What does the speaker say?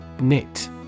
Knit